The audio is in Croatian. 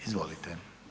Izvolite.